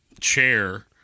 chair